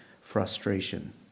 frustration